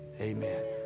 Amen